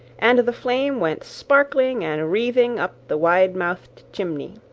and the flame went sparkling and wreathing up the wide-mouthed chimney.